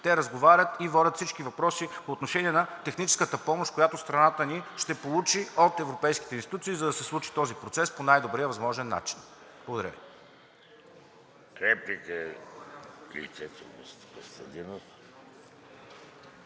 те разговарят и водят всички въпроси по отношение на техническата помощ, която страната ни ще получи от европейските институции, за да се случи този процес по най-добрия възможен начин. Благодаря ви.